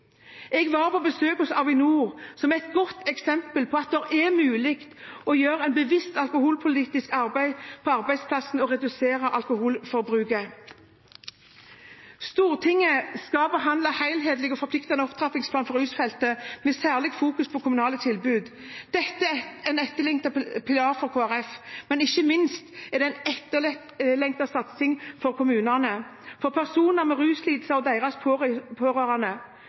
Jeg var på besøk hos Avinor, og de er et godt eksempel på at det er mulig å jobbe for en bevisst alkoholpolitikk på arbeidsplassen og redusere alkoholforbruket. Stortinget skal behandle en helhetlig og forpliktende opptrappingsplan for rusfeltet, med særlig fokus på det kommunale tilbudet. Dette er en etterlengtet plan for Kristelig Folkeparti, men ikke minst er det en etterlengtet satsing for kommunene, for personer med ruslidelser og deres pårørende.